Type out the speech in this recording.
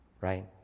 right